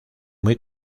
muy